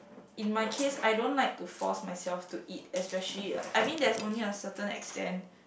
in my case I don't like to force myself to eat especially I mean there's only a certain extent